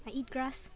I eat grass